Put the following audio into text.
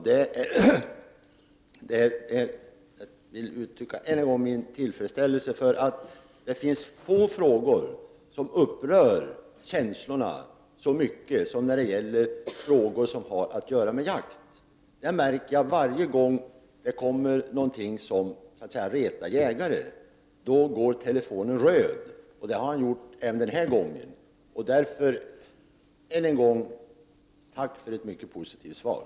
Herr talman! Ännu en gång vill jag uttrycka min tillfredsställelse över svaret. Det är få frågor som upprör så mycket, som väcker så starka känslor, som just frågor som gäller jakt. Det märker jag varje gång som det kommer tillkännagivanden som retar jägare. Då går telefonen varm — så även i det här fallet. Jag är alltså mycket tacksam för det positiva svaret.